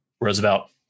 roosevelt